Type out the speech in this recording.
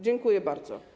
Dziękuję bardzo.